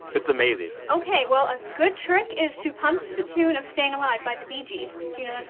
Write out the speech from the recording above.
it's amazing ok. well, a good trick is to pump to the tune of stayin' alive by the bee gees. do you know that